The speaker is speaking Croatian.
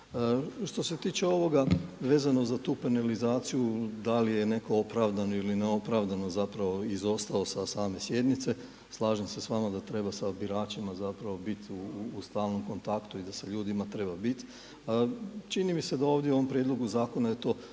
Što se tiče ovoga vezano za tu penalizaciju, da li je netko opravdano ili neopravdano zapravo izostao sa same sjednice, slažem se s vama da treba sa biračima zapravo biti u stalnom kontaktu i da sa ljudima treba biti. Čini mi se da ovdje u ovom prijedlogu zakona je to